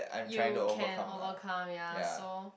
you can overcome ya so